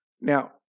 Now